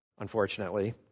unfortunately